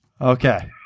Okay